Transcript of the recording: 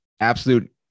absolute